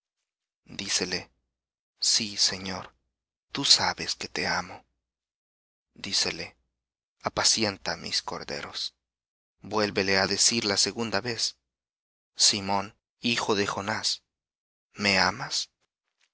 dícele sí señor tú sabes que te amo dícele apacienta mis corderos vuélvele á decir la segunda vez simón de jonás me amas